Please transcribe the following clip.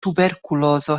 tuberkulozo